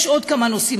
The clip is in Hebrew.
יש עוד כמה נושאים,